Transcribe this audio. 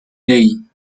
hey